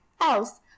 else